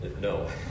No